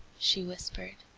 she whispered.